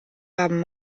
haben